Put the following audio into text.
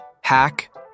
hack